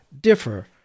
differ